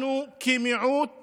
אנחנו כמיעוט